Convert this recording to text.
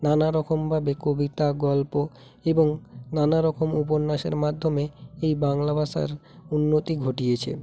নানা রকমভাবে কবিতা গল্প এবং নানা রকম উপন্যাসের মাধ্যমে এই বাংলা ভাষার উন্নতি ঘটিয়েছে